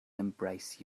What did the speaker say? embrace